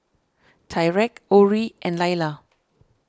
Tyreke Orie and Lila